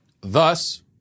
Thus